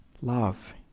love